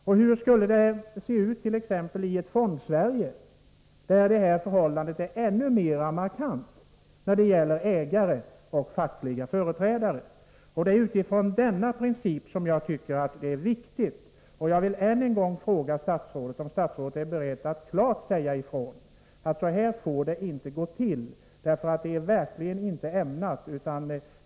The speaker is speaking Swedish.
Och hur skulle det se ut t.ex. i ett Fondsverige, där det här förhållandet är ännu mer markant när det gäller ägare och fackliga företrädare? Det är utifrån detta synsätt som jag tycker att frågan är så viktig. Och jag vill än en gång fråga statsrådet om statsrådet är beredd att klart säga ifrån att det inte får gå till så här.